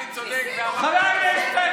כשאתה מדבר איתו,